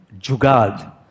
jugad